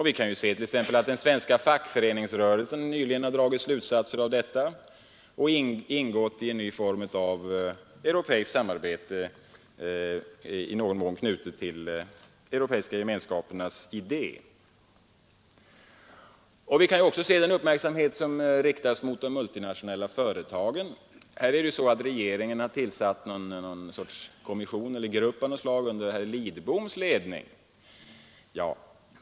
Vi kan t.ex. se att den svenska fackföreningsrörelsen nyligen ha dragit slutsatser av detta och ingått i en ny form av europeiskt samarbete, i någon mån knutet till europeiska gemenskapernas idé. Vi kan också se den uppmärksamhet som riktats mot de multinationella företagen. Där är det så att regeringen har tillsatt en kommitté eller arbetsgrupp av något slag under herr Lidboms ledning.